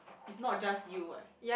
is not just you eh